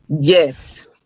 Yes